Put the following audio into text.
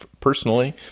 personally